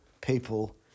people